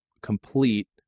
complete